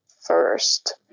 first